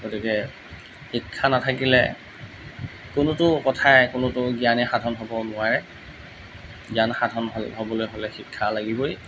গতিকে শিক্ষা নাথাকিলে কোনোটো কথাই কোনোটো জ্ঞানেই সাধন হ'ব নোৱাৰে জ্ঞান সাধন হ'বলৈ হ'লে শিক্ষা লাগিবই